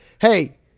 Hey